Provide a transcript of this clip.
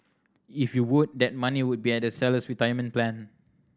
if you would that money will be at the seller's retirement plan